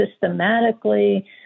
systematically